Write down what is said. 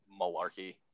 malarkey